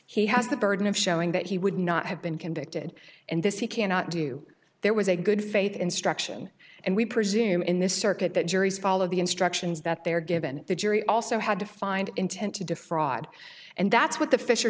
he has the burden of showing that he would not have been convicted and this you cannot do there was a good faith instruction and we presume in this circuit that juries follow the instructions that they are given the jury also had to find intent to defraud and that's what the fisher